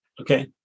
Okay